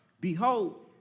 behold